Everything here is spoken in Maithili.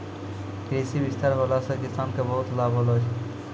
कृषि विस्तार होला से किसान के बहुते लाभ होलै